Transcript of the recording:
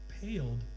paled